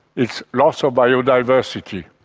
it's loss of biodiversity,